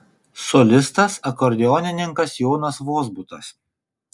solistas akordeonininkas jonas vozbutas